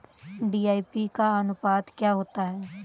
DAP का अनुपात क्या होता है?